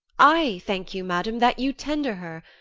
i thank you, madam, that you tender her.